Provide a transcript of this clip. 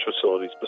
facilities